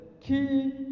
key